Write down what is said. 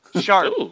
Sharp